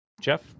Jeff